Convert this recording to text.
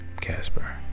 Casper